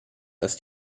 ist